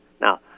Now